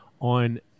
on